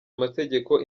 amategeko